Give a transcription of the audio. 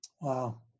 Wow